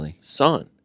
Son